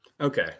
Okay